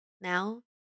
Now